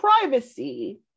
privacy